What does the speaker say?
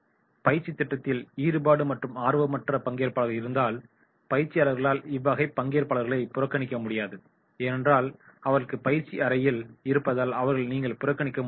பயிற்சித் திட்டத்தில் ஈடுபாடு மற்றும் ஆர்வமற்ற பங்கேற்பாளர்கள் இருந்தால் பயிற்சியாளர்களால் இவ்வகை பங்கேற்பாளர்களை புறக்கணிக்க முடியாது ஏன்னென்றால் அவர்களும் பயிற்சிஅறையில் இருப்பதால் அவர்களை நீங்கள் புறக்கணிக்க முடியாது